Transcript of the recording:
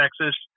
texas